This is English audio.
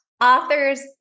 authors